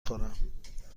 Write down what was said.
خورم